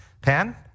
Pan